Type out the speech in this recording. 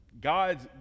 God's